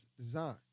design